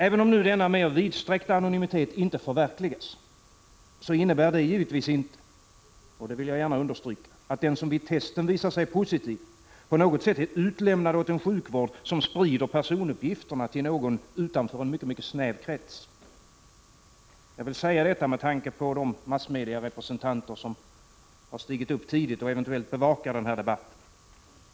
Även om nu denna mer vidsträckta anonymitet inte förverkligas, innebär det givetvis inte — det vill jag gärna understryka — att den vars test visar sig ge positivt utslag, på något sätt är utlämnad åt en sjukvård som sprider personuppgifterna till någon utanför en mycket snäv krets. Jag vill säga detta med tanke på de massmediarepresentanter som stigit upp tidigt och eventuellt bevakar denna debatt.